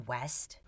West